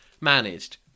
managed